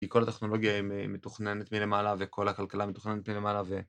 כי כל הטכנולוגיה מתוכננת מלמעלה וכל הכלכלה מתוכננת מלמעלה ו...